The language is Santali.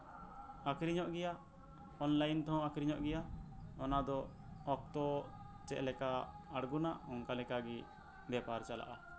ᱟᱠᱷᱨᱤᱧᱚᱜ ᱜᱮᱭᱟ ᱚᱱᱞᱟᱭᱤᱱ ᱛᱮᱦᱚᱸ ᱟᱠᱷᱨᱤᱧᱚᱜ ᱜᱮᱭᱟ ᱚᱱᱟ ᱫᱚ ᱚᱠᱛᱚ ᱪᱮᱫ ᱞᱮᱠᱟ ᱟᱬᱜᱚᱱᱟ ᱚᱱᱠᱟᱞᱮᱠᱟ ᱜᱮ ᱵᱮᱯᱟᱨ ᱪᱟᱞᱟᱜᱼᱟ